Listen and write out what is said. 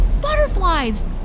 butterflies